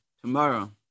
tomorrow